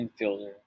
infielder